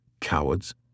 Cowards